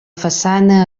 façana